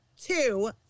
two